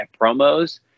promos